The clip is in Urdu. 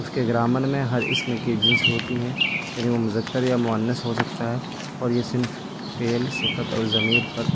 اس کے گرامر میں ہر اسم کی جنس ہوتی ہیں یعنی وہ مذکر یا مانس ہو سکتا ہے اور یہ صنف فعل صفت اور ضمیر پر